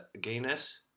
gayness